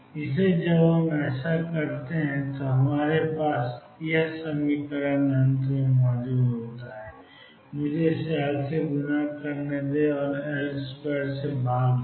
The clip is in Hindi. इसलिए जब हम ऐसा करते हैं तो हमारे पास 22md2dx2VxψEψ मुझे यहां L से गुणा करने दें और L2 से भाग दें